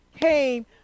came